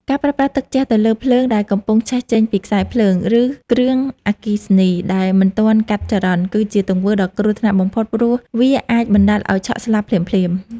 ការប្រើប្រាស់ទឹកជះទៅលើភ្លើងដែលកំពុងឆេះចេញពីខ្សែភ្លើង ឬគ្រឿងអគ្គិសនីដែលមិនទាន់កាត់ចរន្ត គឺជាទង្វើដ៏គ្រោះថ្នាក់បំផុតព្រោះវាអាចបណ្ដាលឱ្យឆក់ស្លាប់ភ្លាមៗ។